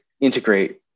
integrate